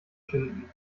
schinden